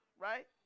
right